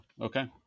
okay